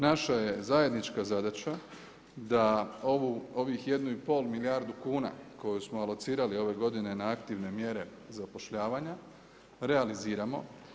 Naša je zajednička zadaća da ovih 1,5 milijardu kuna koje smo alocirali ove godine na aktivne mjere zapošljavanja realiziramo.